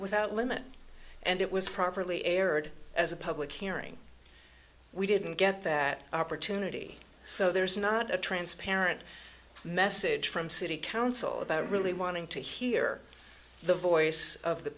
without limit and it was properly aired as a public hearing we didn't get that opportunity so there is not a transparent message from city council about really wanting to hear the voice of the